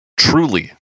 Truly